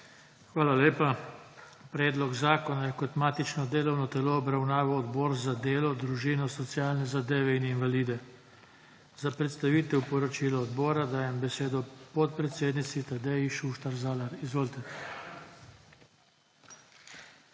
Hvala lepa. Predlog zakona je kot matično delovno telo obravnaval Odbor za delo, družino, socialne zadeve in invalide. Za predstavitev poročila odbora dajem besedo podpredsednici Tadeji Šuštar Zalar. Izvolite.